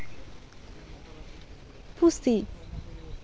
ᱯᱩᱥᱤ